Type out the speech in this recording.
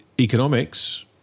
economics